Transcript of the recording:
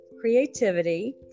creativity